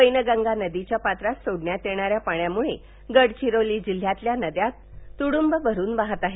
वैनगंगा नदीच्या पात्रात सोडण्यात येणाऱ्या पाण्यामुळे गडचिरोली जिल्ह्यातील नद्या तुडूंब भरून वाहत आहे